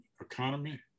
economy